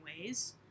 ways